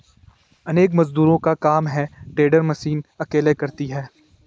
अनेक मजदूरों का काम हे टेडर मशीन अकेले करती है